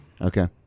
Okay